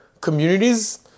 communities